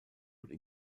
would